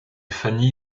fanny